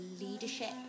leadership